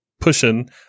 pushing